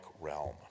realm